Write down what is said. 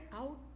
out